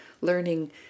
learning